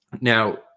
Now